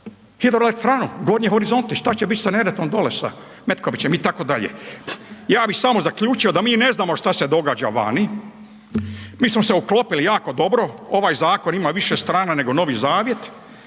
hidroelektranu Gornji horizonti? Šta će biti dolje sa Neretvom sa Metkovićem itd.? Ja bih samo zaključio da mi ne znamo šta se događa vani, mi smo se uklopili jako dobro. Ovaj zakon ima više strana nego Novi zavjet,